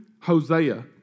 Hosea